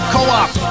Co-op